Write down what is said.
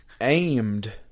aimed